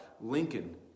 Lincoln